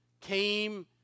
came